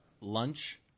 lunch